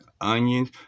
onions